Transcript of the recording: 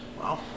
Wow